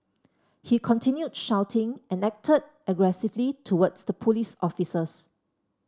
he continued shouting and acted aggressively towards the police officers